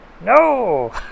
No